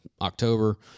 October